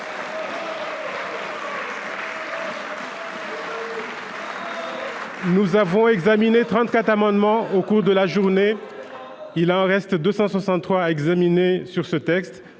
nous avons examiné 34 amendements au cours de la journée ; il en reste 263 à examiner sur ce texte.